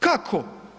Kako?